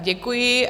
Děkuji.